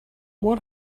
what